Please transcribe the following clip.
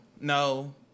No